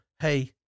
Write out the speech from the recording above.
Hey